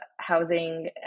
housing